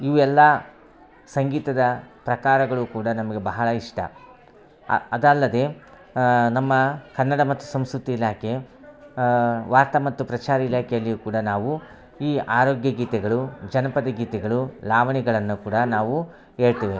ಇವೆಲ್ಲ ಸಂಗೀತದ ಪ್ರಕಾರಗಳು ಕೂಡ ನಮಗೆ ಬಹಳ ಇಷ್ಟ ಆ ಅದಲ್ಲದೆ ನಮ್ಮ ಕನ್ನಡ ಮತ್ತು ಸಂಸ್ಕೃತಿ ಇಲಾಖೆ ವಾರ್ತ ಮತ್ತು ಪ್ರಸಾರ ಇಲಾಖೆಯಲ್ಲಿಯು ಕೂಡ ನಾವು ಈ ಆರೋಗ್ಯ ಗೀತೆಗಳು ಜನಪದ ಗೀತೆಗಳು ಲಾವಣಿಗಳನ್ನು ಕೂಡ ನಾವು ಹೇಳ್ತೇವೆ